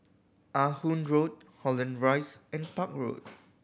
Ah Hood Road Holland Rise and Park Road